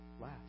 Last